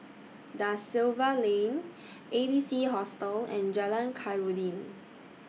DA Silva Lane A B C Hostel and Jalan Khairuddin